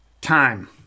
time